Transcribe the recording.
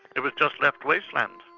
it was just left wasteland.